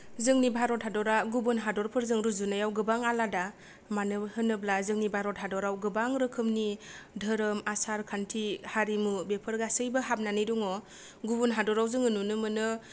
जोंनि भारत हादरा गुबुन हादरफोरजों रुजुनायाव गोबां आलादा मानो होनोब्ला जोंनि भारत हादराव गोबां रोखोमनि धोरोम आसारखान्थि हारिमु बेफोर गासैबो हाबनानै दङ गुबुन हादराव जोङो नुनो मोनो